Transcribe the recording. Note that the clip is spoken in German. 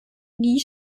nie